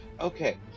Okay